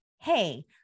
Hey